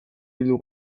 bildu